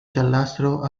giallastro